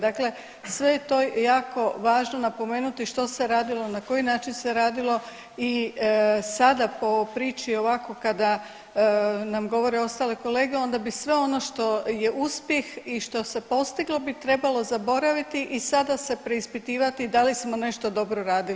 Dakle, sve je to jako važno napomenuti što se radilo, na koji način se radilo i sada po priči ovako kada nam govore ostale kolege onda bi sve ono što je uspjeh i što se postiglo bi trebalo zaboraviti i sada se preispitivati da li smo nešto dobro radili.